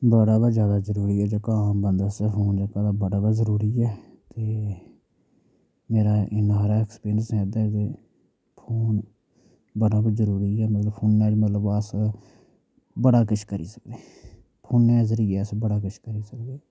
बड़ा गै जादा जरूरी ऐ जेह्का बंदे आस्तै फोन बड़ा गै जरूरी ऐ ते मेरा इ'न्ना हारा एक्सपीरियंस ऐ एह्दा ते फोन बड़ा गै जरूरी ऐ मतलब फोनै मतलब अस बड़ा किश करी सकदे फोनै दे जरिये अस बड़ा किश करी सकदे